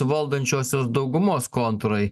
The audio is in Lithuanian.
valdančiosios daugumos kontūrai